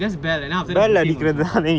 just bell and then booking also